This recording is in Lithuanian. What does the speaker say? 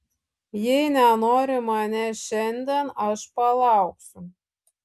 jei nenori manęs šiandien aš palauksiu